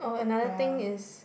ya